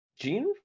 Gene